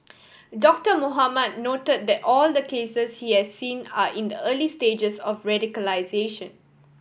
Doctor Mohamed note that all the cases he has seen are in the early stages of radicalisation